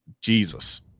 Jesus